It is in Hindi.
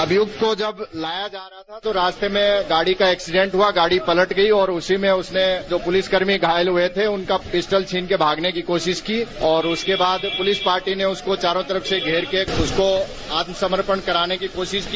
अभियुक्त को जब लाया जा रहा था तो रास्ते में गाड़ी का एक्सीडेंट हुआ गाड़ी पलट गई और उसी में उसने जो पूलिस कर्मी घायल हुए थे उनका पिस्टल छीन के भागने की कोशिश की और उसके बाद पुलिस पार्टी ने उसे चारों तरफ से घेर के उसको आत्मसमर्पण कराने की कोशिश की